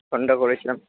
ফোনটা করেছিলাম